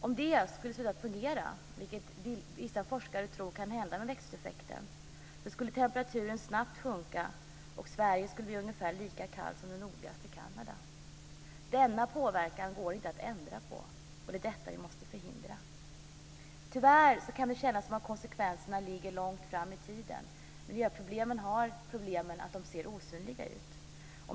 Om det här skulle sluta att fungera - vissa forskare tror att det kan hända i och med växthuseffekten - skulle temperaturen snabbt sjunka och Sverige bli ungefär lika kallt som nordligaste Kanada. Denna påverkan går inte att ändra på, och det är detta som vi måste förhindra. Tyvärr kan det kännas som om konsekvenserna ligger långt fram i tiden. Bekymret med miljöproblemen är att de är osynliga.